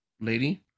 Lady